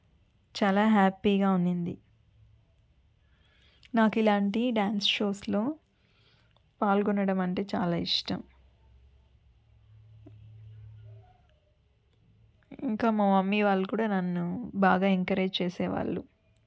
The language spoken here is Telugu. చాలా హ్యాపీగా ఉన్నింది నాకు ఇలాంటి డ్యాన్స్ షోస్లో పాల్గొనడం అంటే చాలా ఇష్టం ఇంకా మా మమ్మీ వాళ్ళు కూడా నన్ను బాగా ఎంకరేజ్ చేసేవాళ్ళు